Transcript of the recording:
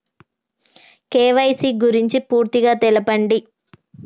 KYC గురించి పూర్తిగా తెలపండి?